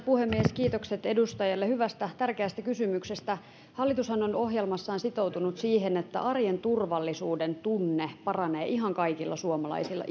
puhemies kiitokset edustajalle hyvästä tärkeästä kysymyksestä hallitushan on ohjelmassaan sitoutunut siihen että arjen turvallisuudentunne paranee ihan kaikilla suomalaisilla